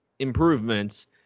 improvements